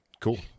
Cool